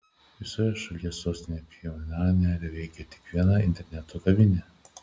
visoje šalies sostinėje pchenjane veikia tik viena interneto kavinė